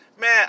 man